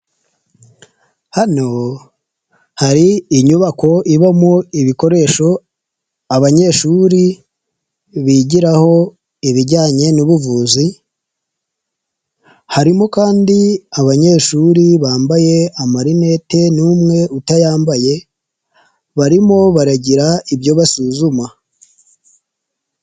Hano hari inyubako ibamo ibikoresho abanyeshuri bigiraho ibijyanye n'ubuvuzi, harimo kandi abanyeshuri bambaye amarinete n'umwe utayambaye barimo baragira ibyo basuzuma.